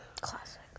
Classic